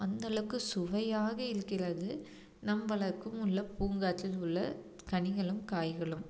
அந்தளவுக்கு சுவையாக இருக்கிறது நம்மளுக்கும் உள்ள பூங்காற்றில் உள்ள கனிகளும் காய்களும்